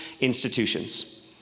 institutions